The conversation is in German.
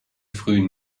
frühen